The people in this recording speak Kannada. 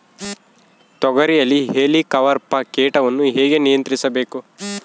ತೋಗರಿಯಲ್ಲಿ ಹೇಲಿಕವರ್ಪ ಕೇಟವನ್ನು ಹೇಗೆ ನಿಯಂತ್ರಿಸಬೇಕು?